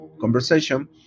conversation